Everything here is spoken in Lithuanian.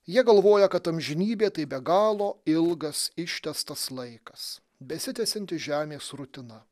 jie galvoja kad amžinybė tai be galo ilgas ištęstas laikas besitęsianti žemės rutina